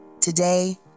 Today